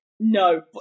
No